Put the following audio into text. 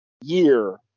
year